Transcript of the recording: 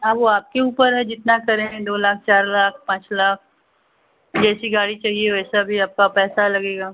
हाँ वह आपके ऊपर है जितना करें दो लाख चार लाख पाँच लाख जैसी गाड़ी चाहिए वैसा भी आपका पैसा लगेगा